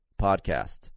podcast